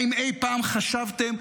האם אי-פעם חשבתם,